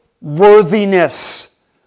worthiness